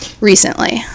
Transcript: recently